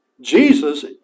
Jesus